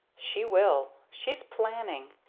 she will. she's planning.